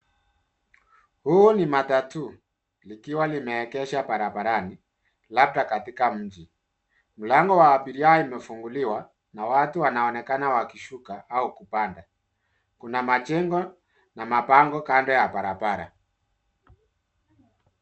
Huu ni matatu, likiwa limeekeshwa barabarani labda katika mji, mlango wa abiria imefunguliwa na watu wanaonekana wakishuka au kupanda. Kuna machengo na mapango kando ya barabara